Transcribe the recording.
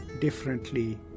differently